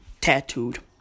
tattooed